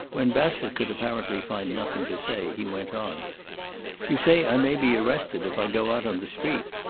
when bassett could apparently find nothing to say he went on you say i may be arrested if i go out on the street.